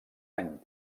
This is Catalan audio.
any